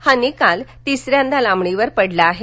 हा निकाल तिसऱ्यांदा लांबणीवर पडला आहे